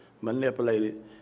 manipulated